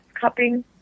cupping